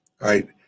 Right